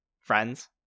Friends